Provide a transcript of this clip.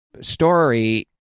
story